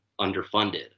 underfunded